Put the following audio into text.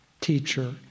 teacher